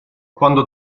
quando